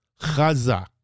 chazak